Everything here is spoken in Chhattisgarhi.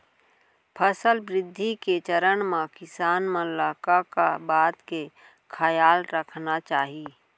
फसल वृद्धि के चरण म किसान मन ला का का बात के खयाल रखना चाही?